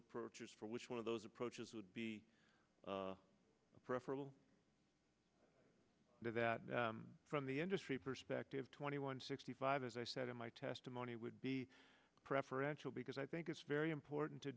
approaches for which one of those approaches would be preferable to that from the industry perspective twenty one sixty five as i said in my testimony would be preferential because i think it's very important to